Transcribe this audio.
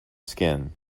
skin